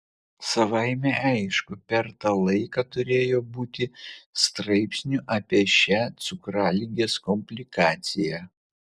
savaime aišku per tą laiką turėjo būti straipsnių apie šią cukraligės komplikaciją